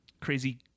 crazy